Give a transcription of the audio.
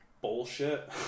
bullshit